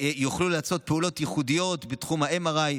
הם יוכלו לעשות פעולות ייחודיות בתחום ה-MRI,